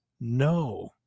no